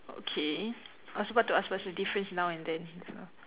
okay I was about to ask what's the difference now and then